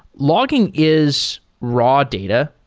logging is raw data.